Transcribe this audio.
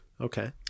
Okay